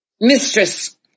Mistress